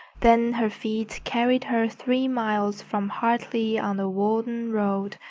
then her feet carried her three miles from hartley on the walden road,